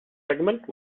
segment